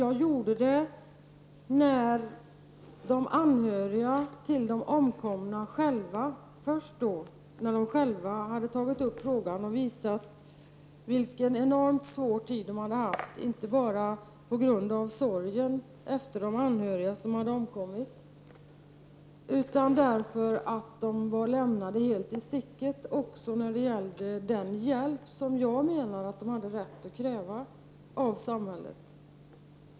Jag gjorde det när de anhöriga till de omkomna själva hade tagit upp frågan — först då — och berättat vilken enormt svår tid de hade haft inte bara på grund av sorgen efter de omkomna anhöriga utan också därför att de helt var lämnade i sticket också när det gäller den hjälp som jag menar att de hade rätt att kräva av samhället.